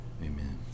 amen